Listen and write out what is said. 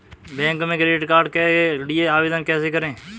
Bank में credit card के लिए आवेदन कैसे करें?